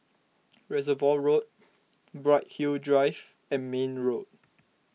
Reservoir Road Bright Hill Drive and Mayne Road